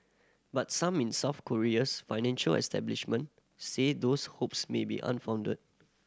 but some in South Korea's financial establishment say those hopes may be unfounded